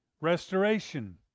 restoration